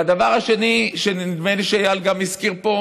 והדבר השני, שנדמה לי שאיל גם הזכיר פה,